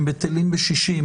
הם בטלים בשישים,